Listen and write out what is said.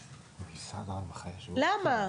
למה?